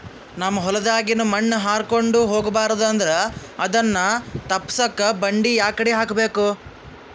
ನಮ್ ಹೊಲದಾಗಿನ ಮಣ್ ಹಾರ್ಕೊಂಡು ಹೋಗಬಾರದು ಅಂದ್ರ ಅದನ್ನ ತಪ್ಪುಸಕ್ಕ ಬಂಡಿ ಯಾಕಡಿ ಹಾಕಬೇಕು?